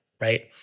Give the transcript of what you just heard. right